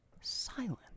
silent